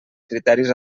criteris